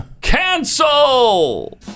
Cancel